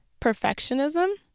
perfectionism